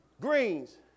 greens